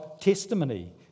testimony